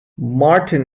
martin